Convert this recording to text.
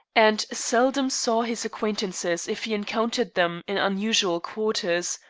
and seldom saw his acquaintances if he encountered them in unusual quarters.